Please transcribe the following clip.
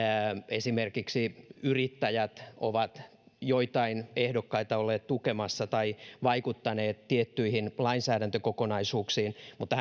esimerkiksi yrittäjät ovat joitain ehdokkaita olleet tukemassa tai vaikuttaneet tiettyihin lainsäädäntökokonaisuuksiin mutta